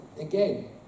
again